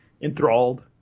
enthralled